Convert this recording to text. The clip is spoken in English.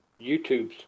youtubes